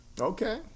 Okay